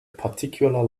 particular